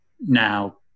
now